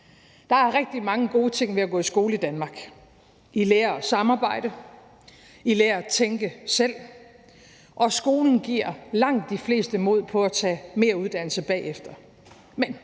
Der er rigtig mange gode ting ved at gå i skole i Danmark. I lærer at samarbejde, I lærer at tænke selv, og skolen giver langt de fleste mod på at tage mere uddannelse bagefter.